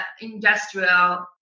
industrial